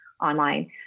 online